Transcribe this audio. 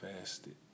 fasted